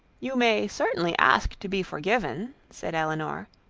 you may certainly ask to be forgiven, said elinor,